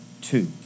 two